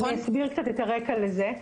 אני אסביר קצת את הרקע לזה.